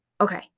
okay